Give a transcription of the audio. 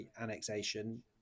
annexation